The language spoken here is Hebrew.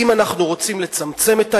אם אנחנו רוצים לצמצם את העניין,